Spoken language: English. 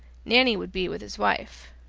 nanny would be with his wife.